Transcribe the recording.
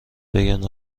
بگن